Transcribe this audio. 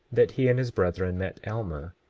that he and his brethren met alma,